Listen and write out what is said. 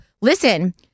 listen